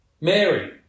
Mary